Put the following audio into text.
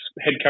head